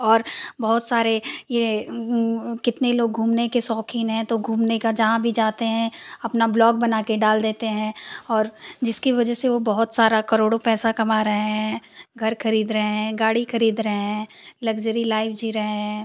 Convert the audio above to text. और बहुत सारे ये कितने लोग घूमने के शौकीन हैं तो घूमने का जहाँ भी जाते हैं अपना ब्लॉग़ बनाकर डाल देते हैं और जिसकी वजह से वह बहुत सारा करोड़ों पैसा कमा रहे हैं घर खरीद रहे हैं गाड़ी खरीद रहे हैं लग्ज़री लाइफ़ जी रहे हैं